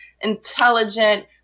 intelligent